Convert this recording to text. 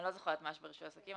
אני לא זוכרת מה יש ברישוי עסקים,